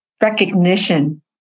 recognition